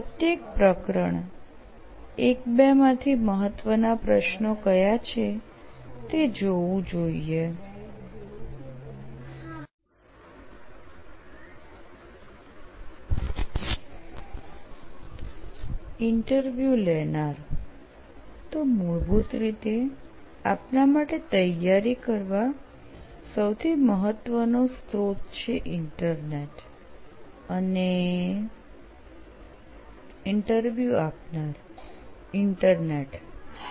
પ્રત્યેક પ્રકરણ 1 2 માંથી મહત્વના પ્રશ્નો કયા છે તે જોવું જોઈએ ઈન્ટરવ્યુ લેનાર તો મૂળભૂત રીતે આપના માટે તૈયારી કરવા સૌથી મહ્ત્વનો સ્ત્રોત ઇન્ટરનેટ છે અને ઈન્ટરવ્યુ આપનાર ઇન્ટરનેટ હા